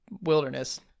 wilderness